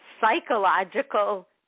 psychological